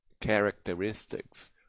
characteristics